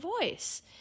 voice